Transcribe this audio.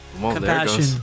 compassion